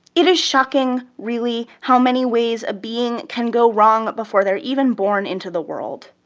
it is shocking, really, how many ways a being can go wrong before they're even born into the world.